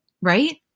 Right